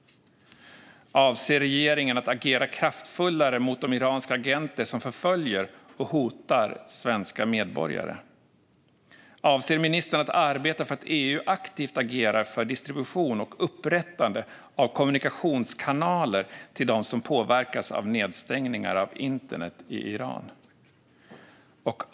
Avser regeringen att agera kraftfullare mot de iranska agenter som förföljer och hotar svenska medborgare? Avser ministern att arbeta för att EU aktivt agerar för distribution och upprättande av kommunikationskanaler till dem som påverkas av nedstängningar av internet i Iran?